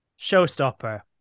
showstopper